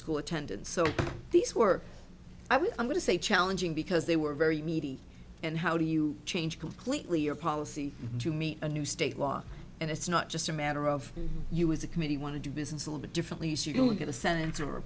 school attendance so these were i was going to say challenging because they were very needy and how do you change completely your policy to meet a new state law and it's not just a matter of you as a committee want to do business little bit differently so you don't get a sen